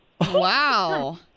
Wow